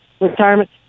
retirement